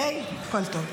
הכול טוב.